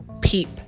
peep